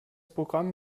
programm